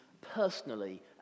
personally